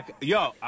Yo